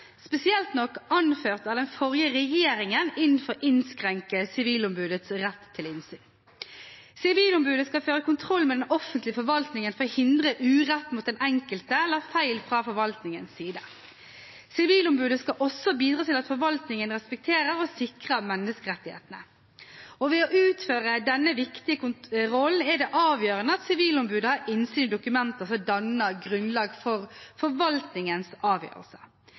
spesielt nok anført av den forrige regjeringen, inn for å innskrenke Sivilombudets rett til innsyn. Sivilombudet skal føre kontroll med den offentlige forvaltningen for å hindre urett mot den enkelte eller feil fra forvaltningens side. Sivilombudet skal også bidra til at forvaltningen respekterer og sikrer menneskerettighetene. For å utføre denne viktige kontrollen er det avgjørende at Sivilombudet har innsyn i dokumenter som danner grunnlag for forvaltningens avgjørelse.